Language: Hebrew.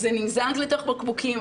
זה נמזג לתוך בקבוקים,